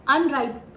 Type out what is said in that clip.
Unripe